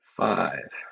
five